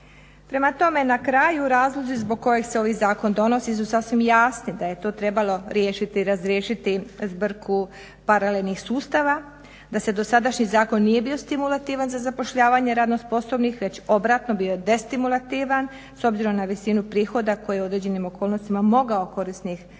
Prema tome na kraju razlozi zbog kojih se ovaj zakon donosi su sasvim jasni, da je to trebalo riješiti, razriješiti zbrku paralelnih sustava, da se dosadašnji zakon nije bio stimulativan za zapošljavanje radno sposobnih već obratno bio je destimulativan s obzirom na visinu prihoda koje u određenim okolnostima mogao korisnik ostvariti.